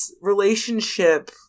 relationship